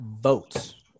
votes